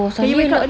can you wake up early